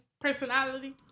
personality